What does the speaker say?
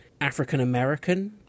African-American